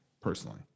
personally